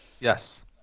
Yes